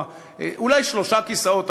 אולי שלושה כיסאות,